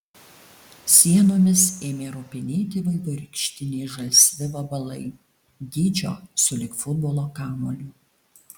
sienomis ėmė ropinėti vaivorykštiniai žalsvi vabalai dydžio sulig futbolo kamuoliu